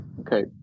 Okay